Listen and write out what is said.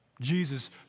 Jesus